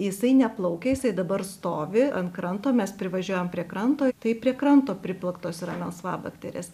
jisai neplaukia jisai dabar stovi ant kranto mes privažiuojam prie kranto tai prie kranto priplaktos yra melsvabakterės